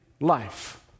life